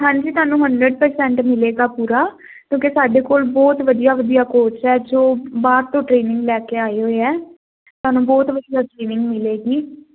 ਹਾਂਜੀ ਤੁਹਾਨੂੰ hundred percent ਮਿਲੇਗਾ ਪੂਰਾ ਕਿਉਂਕਿ ਸਾਡੇ ਕੋਲ ਬਹੁਤ ਵਧੀਆ ਵਧੀਆ ਕੋਚ ਐ ਜੋ ਬਾਹਰ ਤੋਂ ਟ੍ਰੇਨਿੰਗ ਲੈ ਕੇ ਆਏ ਹੋਏ ਐ ਤੁਹਾਨੂੰ ਬਹੁਤ ਵਧੀਆ ਟ੍ਰੇਨਿੰਗ ਮਿਲੇਗੀ